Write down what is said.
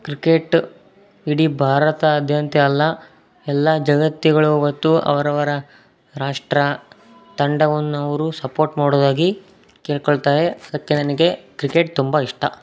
cricket ಇಡೀ ಭಾರತಾದ್ಯಂತ ಅಲ್ಲ ಎಲ್ಲ ಜಗತ್ತುಗಳೂ ಇವತ್ತು ಅವರವರ ರಾಷ್ಟ್ರ ತಂಡವನ್ನು ಅವರು ಸಪೋರ್ಟ್ ಮಾಡೋದಾಗಿ ಕೇಳಿಕೊಳ್ತಾರೆ ಅದಕ್ಕೆ ನನಗೆ ಕ್ರಿಕೆಟ್ ತುಂಬ ಇಷ್ಟ